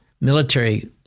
military